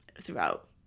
throughout